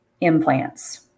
implants